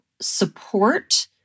support